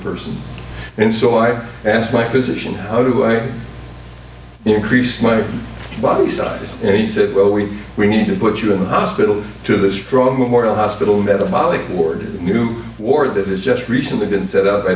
person and so i asked my physician how do i increase my body size and he said well we we need to put you in the hospital to the strong memorial hospital metabolic ward room war that has just recently been set up by